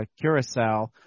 Curacao